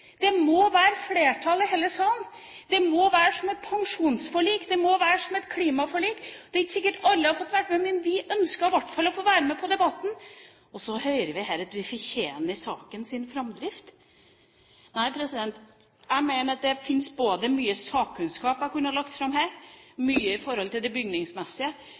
Det må være flertall i denne salen. Det må være som et pensjonsforlik. Det må være som et klimaforlik. Det er ikke sikkert alle hadde fått vært med, men vi ønsket i hvert fall å få være med på debatten! Så hører vi at vi fortjener sakens framdrift. Nei, jeg mener at det finnes mye sakkunnskap jeg kunne lagt fram her, mye i forhold til det bygningsmessige,